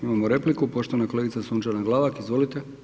Imamo repliku, poštovana kolegica Sunčana Glavak, izvolite.